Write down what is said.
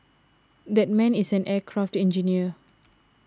that man is an aircraft engineer